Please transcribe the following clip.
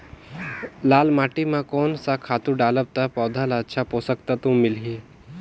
लाल माटी मां कोन सा खातु डालब ता पौध ला अच्छा पोषक तत्व मिलही?